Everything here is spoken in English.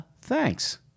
thanks